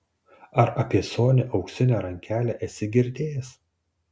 ar apie sonią auksinę rankelę esi girdėjęs